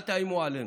אל תאיימו עלינו.